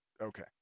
okay